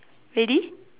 ready